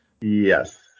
Yes